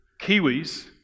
Kiwis